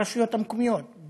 ברשויות המקומיות,